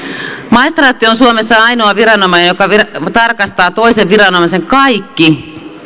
maistraatti on suomessa ainoa viranomainen joka tarkastaa toisen viranomaisen kaikki